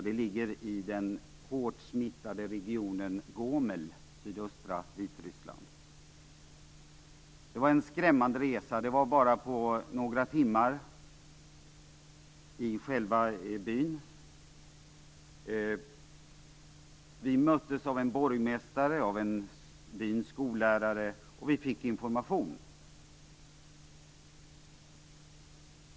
Den ligger i den av smitta hårt drabbade regionen Gomel i sydöstra Vitryssland. Det var en skrämmande resa. Vi var bara några timmar i själva byn. Vi möttes av en borgmästare och av byns skollärare, och vi fick information.